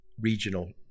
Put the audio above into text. regional